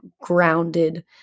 grounded